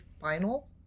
final